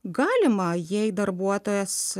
galima jei darbuotojas